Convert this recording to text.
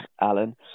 Alan